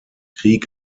krieg